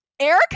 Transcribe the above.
Erica